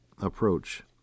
approach